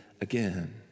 again